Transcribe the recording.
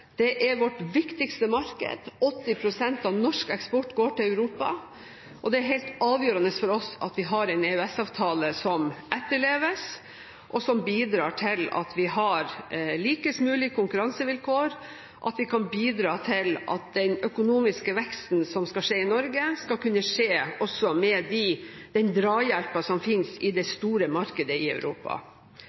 er vårt viktigste marked – 80 pst. av norsk eksport går til Europa – og det er helt avgjørende for oss at vi har en EØS-avtale som etterleves, og som bidrar til at vi har likest mulig konkurransevilkår, at vi kan bidra til at den økonomiske veksten som skal skje i Norge, også skal kunne skje med den drahjelpen som finnes i det store markedet i Europa.